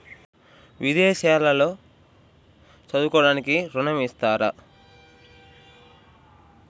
విదేశాల్లో చదువుకోవడానికి ఋణం ఇస్తారా?